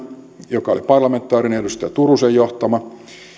joka oli parlamentaarinen edustaja turusen johtama